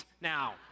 now